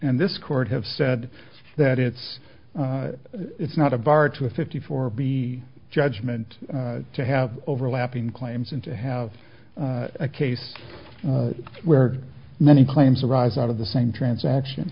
and this court have said that it's it's not a bar to a fifty four b judgment to have overlapping claims and to have a case where many claims arise out of the same transaction